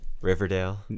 Riverdale